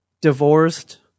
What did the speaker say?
divorced